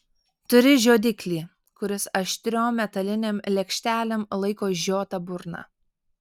turi žiodiklį kuris aštriom metalinėm lėkštelėm laiko išžiotą burną